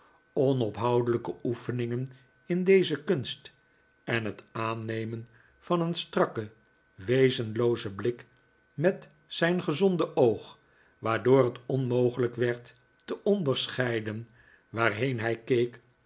onophoudelijke oefeningen in deze kunst en het aannemen van een strakken wezenloozen blik met zijn gezonde oog waardoor het onmogelijk werd te onderscheiden waarheen hij keek